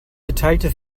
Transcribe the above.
geteilte